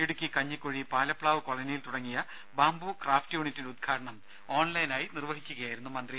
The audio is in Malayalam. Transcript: ഇടുക്കി കഞ്ഞിക്കുഴി പാലപ്പാവ് കോളനിയിൽ തുടങ്ങിയ ബാംബൂക്രാഫ്റ്റ് യൂണിറ്റിന്റെ ഉദ്ഘാടനം ഓൺലൈനായി നിർവഹിക്കുകയായിരുന്നു മന്ത്രി